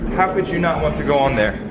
how could you not want to go on there.